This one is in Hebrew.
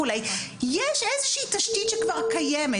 יש איזו שהיא תשתית שכבר קיימת.